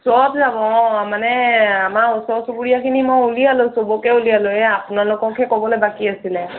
চব যাব অঁ মানে আমাৰ ওচৰ চুবুৰীয়াখিনি মই উলিয়ালো চবকে উলিয়ালো আপোনালোককহে ক'বলৈ বাকী আছিলে